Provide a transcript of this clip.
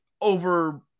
over